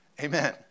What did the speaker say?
Amen